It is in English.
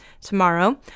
tomorrow